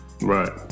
Right